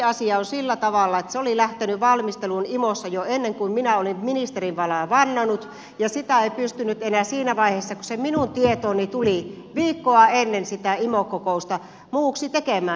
rikkiasia on sillä tavalla että se oli lähtenyt valmisteluun imossa jo ennen kuin minä olin ministerinvalaa vannonut ja sitä ei pystynyt enää siinä vaiheessa kun se minun tietooni tuli viikkoa ennen sitä imo kokousta muuksi tekemään